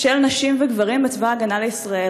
של נשים וגברים בצבא ההגנה לישראל.